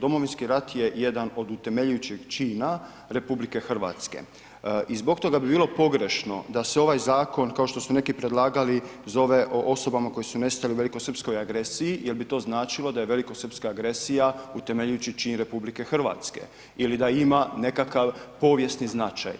Domovinski rat je jedan od utemeljujućih čina RH i zbog toga bi bilo pogrešno da se ovaj zakon, kao što su neki predlagali, zove o osobama koje su nestale u velikosrpskoj agresiji jel bi to značilo da je velikosrpska agresija utemeljujući čin RH ili da ima nekakav povijesni značaj.